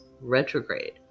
retrograde